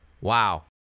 Wow